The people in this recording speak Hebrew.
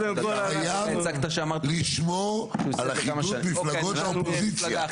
חייב לשמור על אחידות מפלגות האופוזיציה.